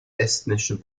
estnischen